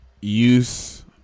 use